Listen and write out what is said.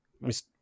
Miss